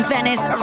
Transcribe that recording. Venice